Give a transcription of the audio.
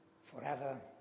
forever